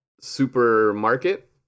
Supermarket